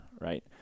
right